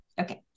Okay